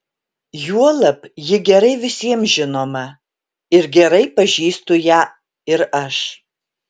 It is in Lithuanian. juolab ji gerai visiems žinoma ir gerai pažįstu ją ir aš